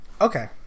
Okay